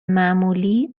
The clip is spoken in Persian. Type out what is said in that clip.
معمولی